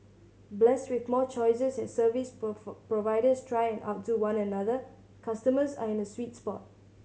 blessed with more choices as service providers try and outdo one another customers are in a sweet spot